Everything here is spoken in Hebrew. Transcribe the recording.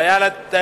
היתה לה האפשרות,